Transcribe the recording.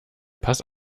pass